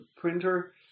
printer